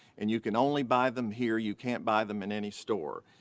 and you can only buy them here, you can't buy them in any store.